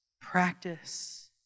Practice